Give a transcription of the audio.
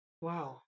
Wow